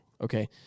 Okay